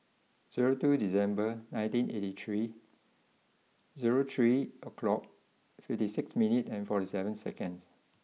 zero two December nineteen eighty three zero three o'clock fifty six minute and forty seven seconds